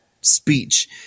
speech